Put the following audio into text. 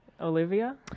olivia